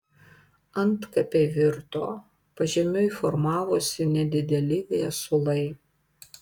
antkapiai virto pažemiui formavosi nedideli viesulai